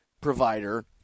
provider